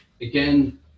Again